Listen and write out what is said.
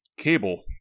cable